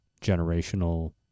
generational